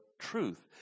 truth